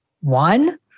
One